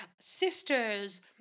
sisters